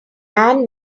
anne